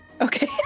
Okay